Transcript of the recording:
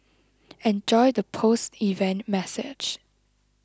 enjoy the post event massage